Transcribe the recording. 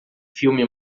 filme